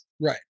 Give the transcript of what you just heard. Right